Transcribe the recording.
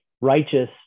righteous